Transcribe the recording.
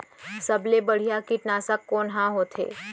सबले बढ़िया कीटनाशक कोन ह होथे?